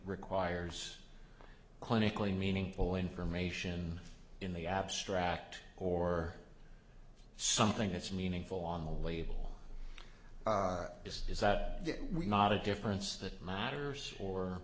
requires clinically meaningful information in the abstract or something that's meaningful on the label just is that we not a difference that matters or